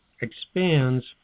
expands